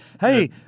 hey